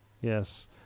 Yes